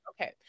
Okay